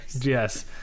Yes